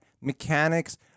mechanics